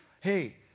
hey